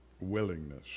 willingness